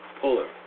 Polar